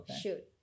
shoot